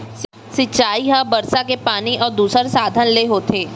सिंचई ह बरसा के पानी अउ दूसर साधन ले होथे